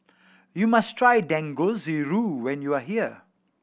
you must try Dangojiru when you are here